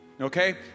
Okay